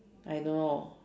I don't know